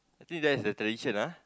I think that's the tradition ah